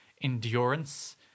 endurance